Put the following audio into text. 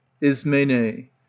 Ismene